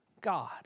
God